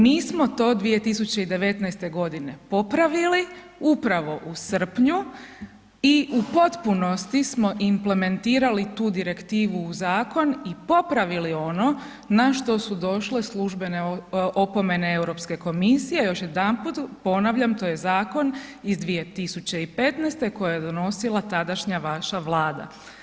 Mi smo to 2019.-te godine popravili upravo u srpnju i u potpunosti smo implementirali tu Direktivu u Zakon, i popravili ono na što su došle službene opomene Europske komisije, još jedanput ponavljam to je Zakon iz 2015.-te koja je donosila tadašnja vaša Vlada.